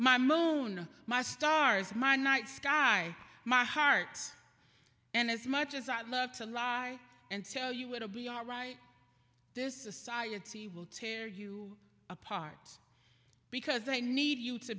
my moner my stars my night sky my heart and as much as i'd love to lie and you will be all right this is a society will tear you apart because i need you to